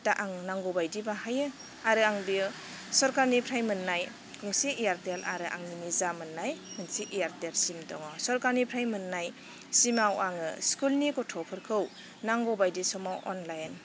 दा आं नांगौ बायदि बाहायो आरो आं बियो सरकारनिफ्राय मोन्नाय गंसे इयारटेल आरो आंनि निजा मोन्नाय मोनसे इयारटेल सिम दङ सरखारनिफ्राय मोन्नाय सिमाव आङो स्कुलनि गथ'फोरखौ नांगौ बायदि समाव अनलाइन